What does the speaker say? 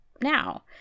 now